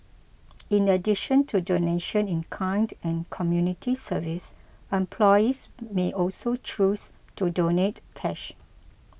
in addition to donation in kind and community service employees may also choose to donate cash